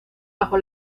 bajo